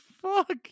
Fuck